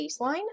baseline